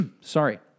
sorry